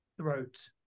throat